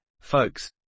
folks